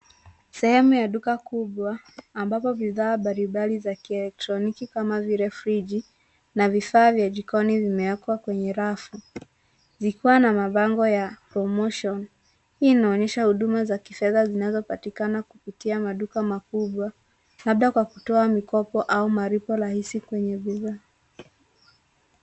Sehemu ya duka kubwa, ambapo bidhaa mbalimbali za kielektroniki kama vile friji, na vifaa vya jikoni vimewekwa kwenye rafu, vikiwa na mabango ya promotion . Hii inaonyesha huduma za kifedha zinazopatikana kupitia maduka makubwa, labda kwa kutoa mikopo au malipo rahisi kwenye bidhaa.